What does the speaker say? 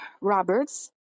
Roberts